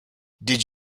did